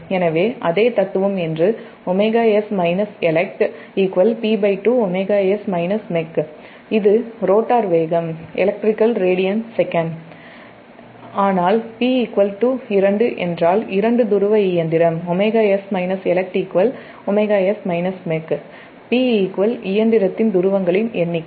எனவே அதே தத்துவம் என்றுஇது ரோட்டார் வேகம் electrical radsec இல் ஆனால் P 2 என்றால் இரண்டு துருவ இயந்திரம் P இயந்திர துருவங்களின் எண்ணிக்கை